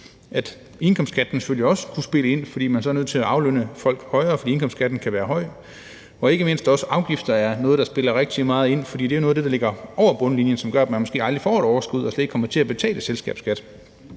Indkomstskatten kunne selvfølgelig også spille ind, fordi man så er nødt til at aflønne folk højere, fordi indkomstskatten kan være høj, og ikke mindst er afgifter også noget, der spiller rigtig meget ind, for det er jo noget af det, der ligger over bundlinjen, og som gør, at man måske aldrig får et overskud og slet ikke kommer til at betale selskabsskat.